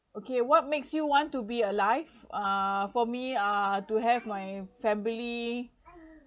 okay what makes you want to be alive uh for me uh to have my family